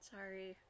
Sorry